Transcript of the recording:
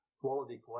quality